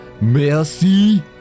Mercy